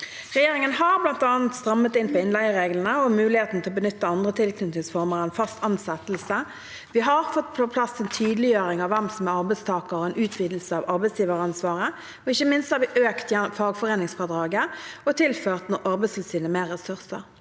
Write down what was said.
Regjeringen har bl.a. strammet inn på innleiereglene og muligheten til å benytte andre tilknytningsformer enn fast ansettelse. Vi har fått på plass en tydeliggjøring av hvem som er arbeidstaker, og en utvidelse av arbeidsgiveransvaret. Ikke minst har vi økt fagforeningsfradraget og tilført Arbeidstilsynet mer ressurser.